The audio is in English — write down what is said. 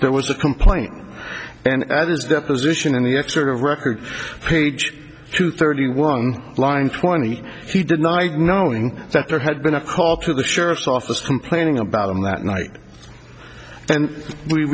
there was a complaint and others deposition in the export of records page two thirty one line twenty he denied knowing that there had been a call to the sheriff's office complaining about him that night and we